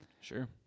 Sure